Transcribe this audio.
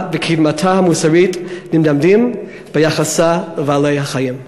וקדמתה המוסרית נמדדות ביחסה לבעלי-החיים.